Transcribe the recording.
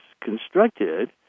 constructed